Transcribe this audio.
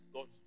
God